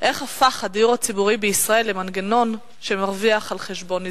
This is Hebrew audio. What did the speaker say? "איך הפך הדיור הציבורי בישראל למנגנון שמרוויח על חשבון נזקקים".